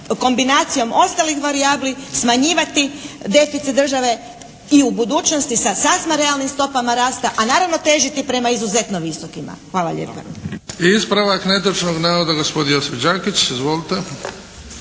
kombinacijom ostalih varijabli smanjivati deficit države i u budućnosti sa sasma realnim stopama rasta, a naravno težiti prema izuzetno visokima. Hvala lijepa.